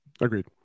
agreed